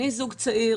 אני זוג צעיר,